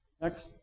Next